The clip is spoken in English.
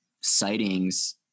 sightings